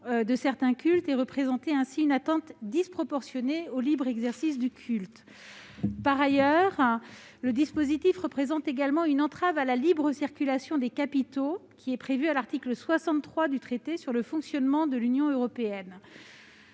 de certains cultes et représenter ainsi une atteinte disproportionnée au libre exercice du culte. D'autre part, le dispositif constitue également une entrave à la libre circulation des capitaux, prévue à l'article 63 du traité sur le fonctionnement de l'Union européenne.